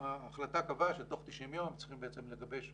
ההחלטה קבעה שתוך 90 יום צריכים לגבש המלצות.